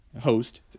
host